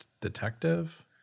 detective